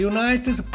United